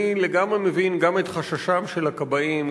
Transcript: אני לגמרי מבין גם את חששם של הכבאים,